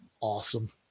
awesome